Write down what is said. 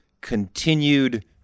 continued